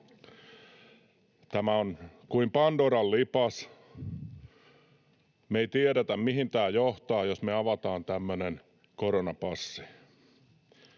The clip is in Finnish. Tämä on kuin Pandoran lipas: me ei tiedetä, mihin tämä johtaa, jos me avataan tämmöinen koronapassi.